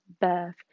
birth